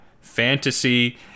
fantasy